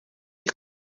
iyi